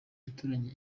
umuturanyi